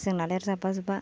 जोंनालाय आरो जाब्बा जुब्बा